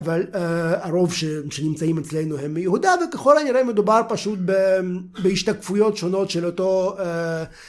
אבל הרוב ש... שנמצאים אצלנו הם מיהודה, וככל הנראה מדובר פשוט בהשתקפויות שונות של אותו